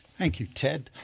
thank you, ted.